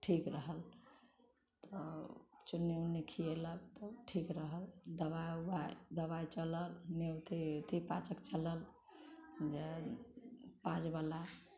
ठीक रहल तऽ चुन्नी ऊन्नी खियेलक तब ठीक रहल दवा ऊवा दवाइ चलल अथी पाचक चलल जे पॉज बला